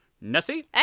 Nessie